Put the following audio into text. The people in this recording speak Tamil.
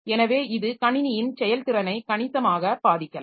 எனவே இது கணினியின் செயல்திறனை கணிசமாக பாதிக்கலாம்